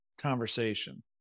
conversation